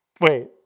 wait